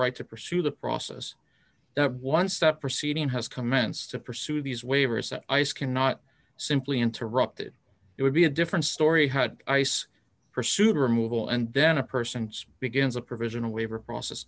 right to pursue the process once that proceeding has commenced to pursue these waivers that ice cannot simply interrupted it would be a different story had ice pursued removal and then a person begins a provisional waiver process